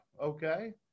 Okay